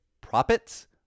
Profits